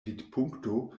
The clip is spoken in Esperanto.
vidpunkto